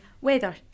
weather